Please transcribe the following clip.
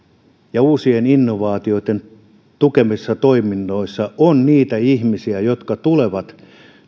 ja uusien innovaatioitten tukemissa toiminnoissa on niitä ihmisiä jotka tulevat